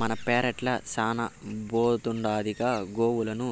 మన పెరట్ల శానా బోతుండాదిగా గోవులను